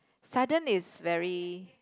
sudden is very